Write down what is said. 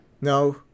No